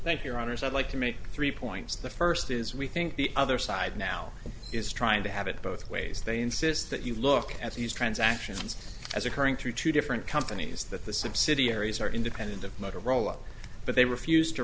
goldstein thank your honour's i'd like to make three points the first is we think the other side now is trying to have it both ways they insist that you look at these transactions as occurring through two different companies that the subsidiaries are independent of motorola but they refused to